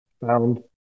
found